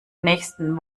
nächsten